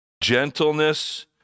gentleness